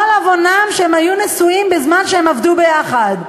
כל עוונם שהם היו נשואים בזמן שהם עבדו ביחד.